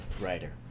writer